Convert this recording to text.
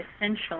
essential